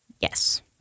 Yes